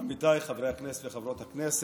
עמיתיי חברי הכנסת וחברות הכנסת,